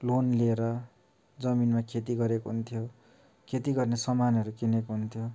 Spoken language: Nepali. लोन लिएर जमिनमा खेती गरेको हुन्थ्यो खेती गर्ने सामानहरू किनेको हुन्थ्यो